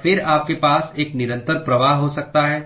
और फिर आपके पास एक निरंतर प्रवाह हो सकता है